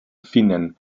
finnen